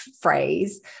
phrase